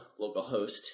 localhost